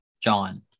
John